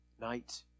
night